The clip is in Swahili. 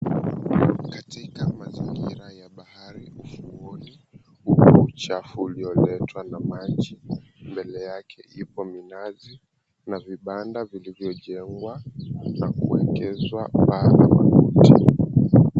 Katika mazingira ya bahari ufuoni upo uchafu ulioletwa na maji, mbele yake ipo minazi na vibanda vilivyojengwa na kuwekezwa paa la makuti.